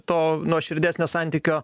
to nuoširdesnio santykio